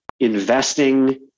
Investing